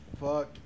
fuck